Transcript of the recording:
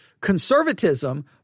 Conservatism